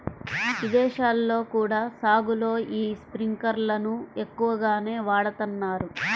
ఇదేశాల్లో కూడా సాగులో యీ స్పింకర్లను ఎక్కువగానే వాడతన్నారు